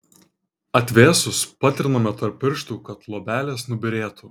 atvėsus patriname tarp pirštų kad luobelės nubyrėtų